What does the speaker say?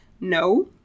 no